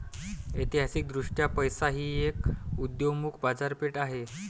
ऐतिहासिकदृष्ट्या पैसा ही एक उदयोन्मुख बाजारपेठ आहे